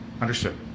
Understood